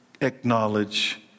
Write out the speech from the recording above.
acknowledge